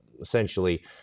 essentially